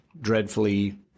dreadfully